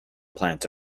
plants